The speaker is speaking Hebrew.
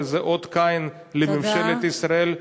וזה אות קין על ממשלת ישראל,